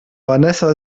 vanessa